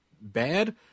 bad